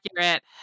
accurate